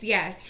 Yes